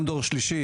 גם דור שלישי,